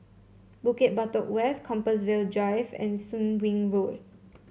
Bukit Batok West Compassvale Drive and Soon Wing Road